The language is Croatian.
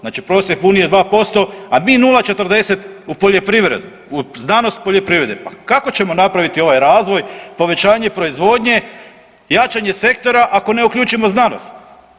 Znači prosjek unije 2%, a mi 0,40 u poljoprivredu, u znanost poljoprivrede, pa kako ćemo napraviti ovaj razvoj povećanje proizvodnje, jačanje sektora ali ne uključimo znanost.